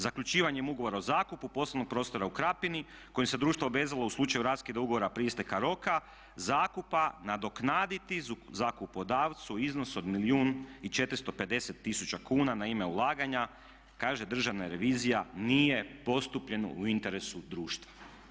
Zaključivanjem ugovora o zakupu poslovnog prostora u Krapini kojim se društvo obvezalo u slučaju raskida ugovora prije isteka roka zakupa nadoknaditi zakupodavcu iznos od milijun i 450 tisuća kuna na ime ulaganja, kaže državna revizija nije postupljeno u interesu društva.